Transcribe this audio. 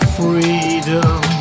freedom